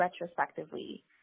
retrospectively